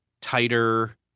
tighter